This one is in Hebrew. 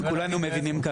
אנחנו אומרים: